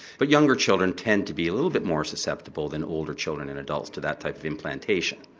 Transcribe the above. but younger children tend to be a little bit more susceptible than older children and adults to that type of implantation.